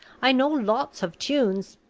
i know lots of tunes,